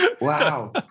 wow